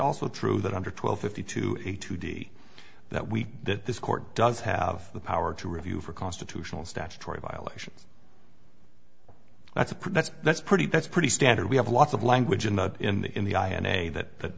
also true that under twelve fifty two a two d that we that this court does have the power to review for constitutional statutory violations that's a pretty that's pretty that's pretty standard we have lots of language in the in the in the i and a that